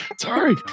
Sorry